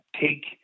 take